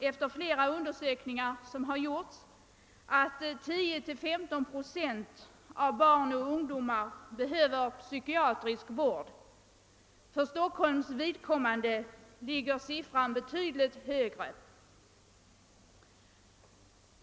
Efter flera undersökningar kan vi konstatera att 10—15 procent av barnen och ungdomarna i vårt land behöver psykiatrisk vård; för Stockholms vidkommande ligger siffran betydligt högre.